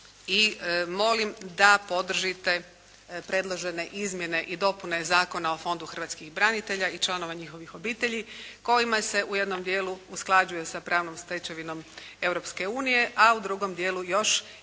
i molim da podržite predložene izmjene i dopune zakona o Fondu hrvatskih branitelja i članova njihovih obitelji kojima se u jednom dijelu usklađuje sa pravnom stečevinom Europske unije, a drugom dijelu još jače